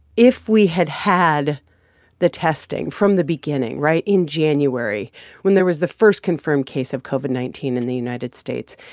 if we had had the testing from the beginning right? in january when there was the first confirmed case of covid nineteen in the united states,